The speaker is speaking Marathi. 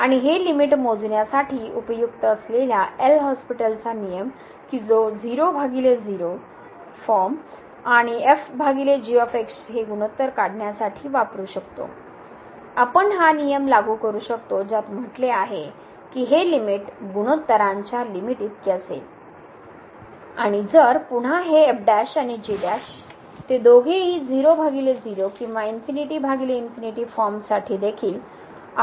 आणि हे लिमिट मोजण्यासाठी उपयुक्त असलेल्या एल हॉस्पिटलचा नियम की जो किंवा फॉर्म आणि आपण हा नियम लागू करू शकतो ज्यात म्हटले आहे की हे लिमिट गुणोत्तरांच्या लिमिट इतकी असेल आणि जर पुन्हा ही आणि ते दोघेही किंवा फॉर्मस साठी देखील आपण पुन्हा हा नियम लागू करू शकतो